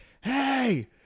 Hey